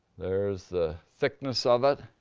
there's the thickness of it.